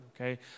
okay